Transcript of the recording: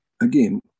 again